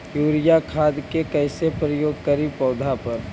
Urea खाद के कैसे प्रयोग करि पौधा पर?